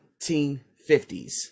1950s